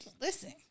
Listen